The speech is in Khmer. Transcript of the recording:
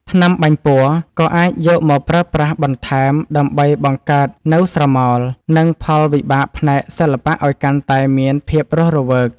ថ្នាំបាញ់ពណ៌ ក៏អាចយកមកប្រើប្រាស់បន្ថែម ដើម្បីបង្កើតនូវស្រមោល និងផលវិបាកផ្នែកសិល្បៈឱ្យកាន់តែមានភាពរស់រវើក។